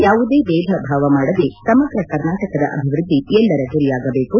ಯಾವುದೇ ಬೇಧ ಭಾವ ಮಾಡದೇ ಸಮಗ್ರ ಕರ್ನಾಟಕದ ಅಭಿವೃದ್ಧಿ ಎಲ್ಲರ ಗುರಿಯಾಗಬೇಕು